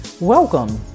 Welcome